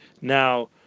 now